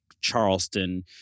Charleston